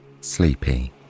sleepy